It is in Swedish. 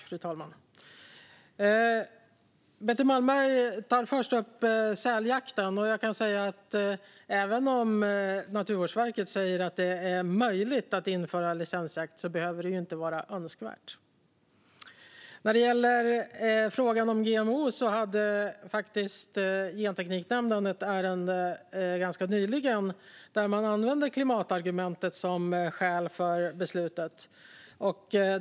Fru talman! Betty Malmberg tog först upp säljakten. Även om Naturvårdsverket säger att det är möjligt att införa licensjakt behöver det inte vara önskvärt. När det gäller frågan om GMO hade faktiskt Gentekniknämnden ganska nyligen ett ärende där man använde klimatargumentet som skäl för beslutet.